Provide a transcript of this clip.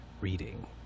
reading